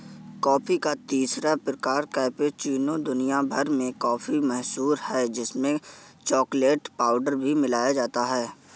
coffee का तीसरा प्रकार कैपेचीनो दुनिया भर में काफी मशहूर है जिसमें चॉकलेट पाउडर भी मिलाया जाता है